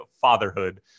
fatherhood